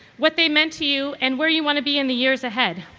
what they meant to you, and where you want to be in the years ahead.